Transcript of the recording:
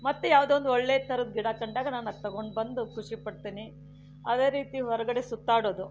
ಮತ್ತೆ ಯಾವುದೊ ಒಂದು ಒಳ್ಳೆ ಥರದ ಗಿಡ ಕಂಡಾಗ ನಾನು ಅದು ತೊಗೊಂಡು ಬಂದು ಖುಷಿಪಡ್ತೀನಿ ಅದೇ ರೀತಿ ಹೊರಗಡೆ ಸುತ್ತಾಡೋದು